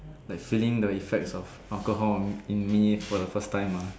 like feeling the effects of the alcohol in me for the first time uh